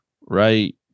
right